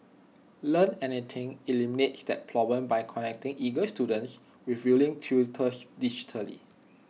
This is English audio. Learn Anything eliminates that problem by connecting eager students with willing tutors digitally